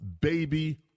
baby